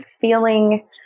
feeling